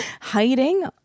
hiding